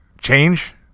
Change